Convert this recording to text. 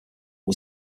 was